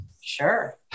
Sure